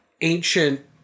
ancient